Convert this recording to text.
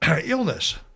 Illness